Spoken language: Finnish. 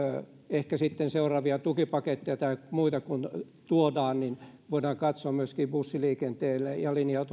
ehkä sitten seuraavia tukipaketteja tai muita kun tuodaan voidaan katsoa myöskin miten bussiliikennettä linja